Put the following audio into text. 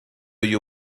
you